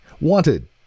Wanted